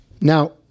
now